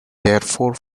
therefore